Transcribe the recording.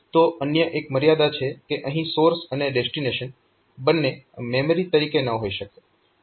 ત્યાં અન્ય એક મર્યાદા છે કે અહીં સોર્સ અને ડેસ્ટીનેશન બંને મેમરી તરીકે ન હોઈ શકે